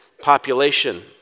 population